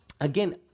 Again